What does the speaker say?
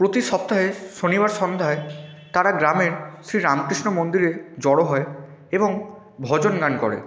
প্রতি সপ্তাহে শনিবার সন্ধ্যায় তারা গ্রামে শ্রী রামকৃষ্ণ মন্দিরে জড়ো হয় এবং ভজন গান করে